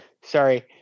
Sorry